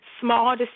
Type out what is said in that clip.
Small